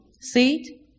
seat